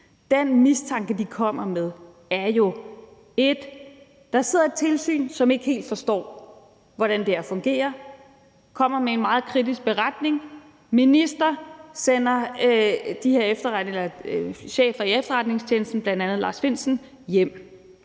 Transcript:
Den mistanke, de kommer med, går jo på, at der sidder et tilsyn, som ikke helt forstår, hvordan det her fungerer. og som kommer med en meget kritisk beretning. Ministeren sender de her chefer i efterretningstjenesten, bl.a. Lars Findsen, hjem.